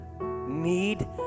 need